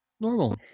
Normal